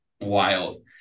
wild